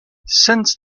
since